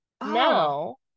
no